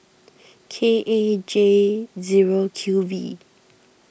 K A J zero Q V